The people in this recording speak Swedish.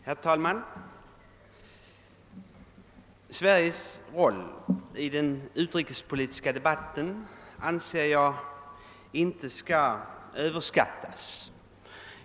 Herr talman! Sveriges roll i den utrikespolitiska debatten bör naturligtvis inte överskattas.